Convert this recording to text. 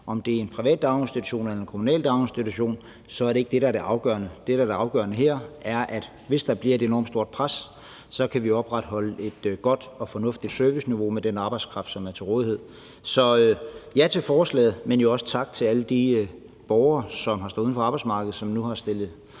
Om det er en privat daginstitution eller en kommunal daginstitution, er ikke det, der er det afgørende. Det, der er det afgørende her, er, at hvis der bliver et enormt stort pres, så kan vi opretholde et godt og fornuftigt serviceniveau med den arbejdskraft, som er til rådighed. Så vi siger ja til forslaget, men jo også tak til alle de borgere, som har stået uden for arbejdsmarkedet, og som nu har stillet